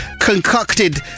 concocted